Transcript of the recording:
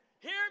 Hear